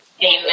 Amen